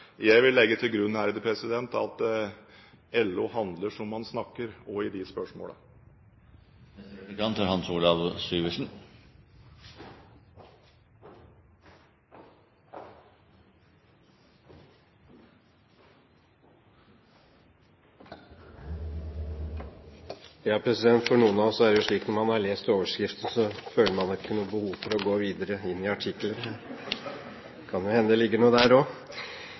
jeg vil legge til grunn at LO handler som man snakker, også i de spørsmålene. For noen av oss er det jo slik at når man har lest overskriften, føler man ikke noe behov for å gå videre inn i artikkelen. Det kan jo hende det ligger noe der også. Jeg har lyst til å gå litt videre på dette med Finanskriseutvalget. IMF og